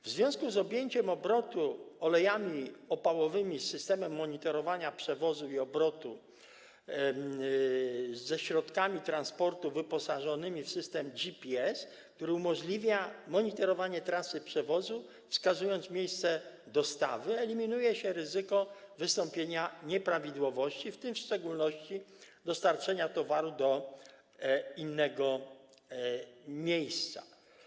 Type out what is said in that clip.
W związku z objęciem obrotu olejami opałowymi systemem monitorowania przewozów i obrotu ze środkami transportu wyposażonymi w system GPS, który umożliwia monitorowanie trasy przewozu, wskazując miejsce dostawy, eliminuje się ryzyko wystąpienia nieprawidłowości, w tym w szczególności dostarczenia towaru do innego miejsca.